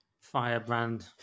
firebrand